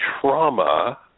trauma